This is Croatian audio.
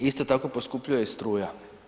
Isto tako poskupljuje struja.